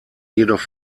jedoch